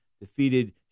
defeated